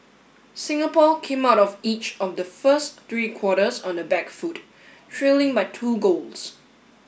Singapore came out of each of the first three quarters on the back foot trailing by two goals